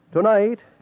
Tonight